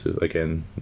again